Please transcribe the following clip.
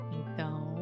então